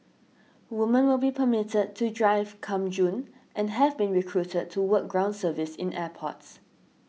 woman will be permitted to drive come June and have been recruited to work ground service in airports